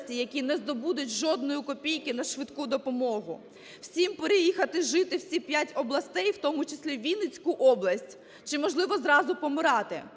які не здобудуть жодної копійки на швидку допомогу? Всім переїхати жити в ці 5 областей, в тому числі у Вінницьку область, чи, можливо, зразу помирати?